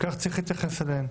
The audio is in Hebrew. כך צריך להתייחס אליהן,